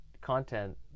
content